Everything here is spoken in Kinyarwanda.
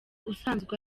usanzwe